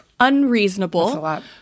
Unreasonable